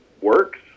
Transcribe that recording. works